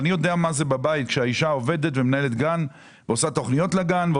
אני יודע מה זה בבית כשהאישה עובדת ומנהלת גן ועושה תוכניות לגן.